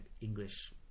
English